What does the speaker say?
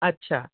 अच्छा